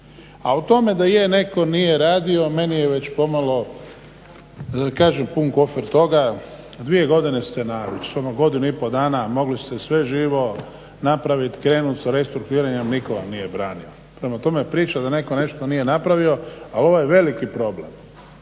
A o tome da je netko ili nije radio, meni je već pomalo da kažem pun kufer toga. Dvije godine ste, odnosno godinu i pol dana mogli ste sve živo napraviti, krenuti sa restrukturiranjem nitko vam nije branio. Prema tome, priča da netko nešto nije napravio, a ovo je veliki problem.